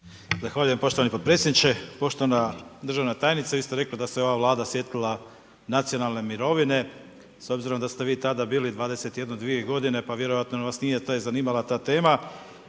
Zahvaljujem poštovani podpredsjedniče. Poštovana državna tajnice, vi ste rekli da se ova Vlada sjetila nacionalne mirovine, s obzirom da ste vi tada bili 21, 22 godine pa vjerojatno vas nije zanimala ta tema.